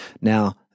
now